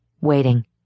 waiting